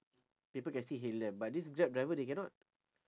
people can still hail them but this grab driver they cannot